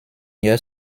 year